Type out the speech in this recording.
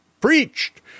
preached